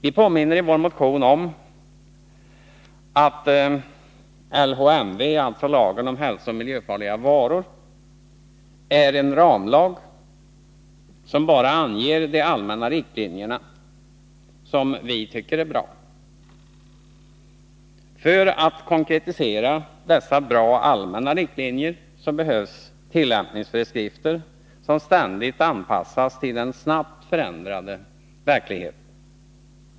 Vi påminner i vår motion om att lagen om hälsooch miljöfarliga varor, LHMV, är en ramlag som bara anger de allmänna riktlinjerna, som vi tycker är bra. För att konkretisera dessa bra allmänna riktlinjer behövs tillämpningsföreskrifter som ständigt anpassas till den snabbt förändrade verkligheten.